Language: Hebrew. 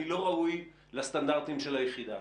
אני לא ראוי לסטנדרטים של היחידה.